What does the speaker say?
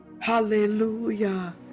Hallelujah